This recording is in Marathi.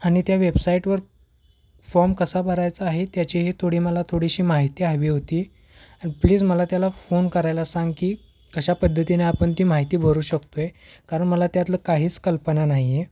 आणि त्या वेबसाईटवर फॉम कसा भरायचा आहे त्याचीही थोडी मला थोडीशी माहिती हवी होती आणि प्लीज मला त्याला फोन करायला सांग की कशा पद्धतीने आपण ती माहिती भरू शकतो आहे कारण मला त्यातलं काहीच कल्पना नाही आहे